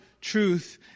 truth